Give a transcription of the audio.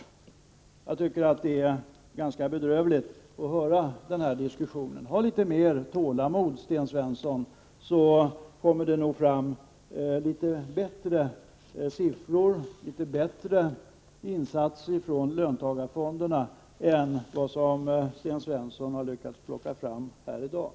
Denna typ av diskussion är ganska bedrövlig. Ha litet mera tålamod, Sten Svensson! Det kommer nog rapporter om litet bättre siffror och bättre insatser från löntagarfonderna än dem som Sten Svensson har lyckats plocka fram här i dag.